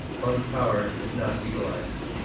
motive power is not utilized.